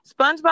SpongeBob